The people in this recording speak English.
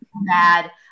bad